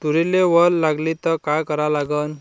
तुरीले वल लागली त का करा लागन?